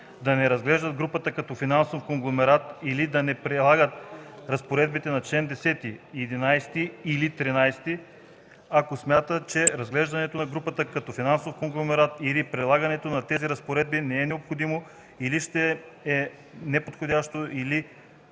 да не разглеждат групата като финансов конгломерат или да не прилагат разпоредбите на чл. 10, 11 или 13, ако смятат, че разглеждането на групата като финансов конгломерат или прилагането на тези разпоредби не е необходимо или ще е неподходящо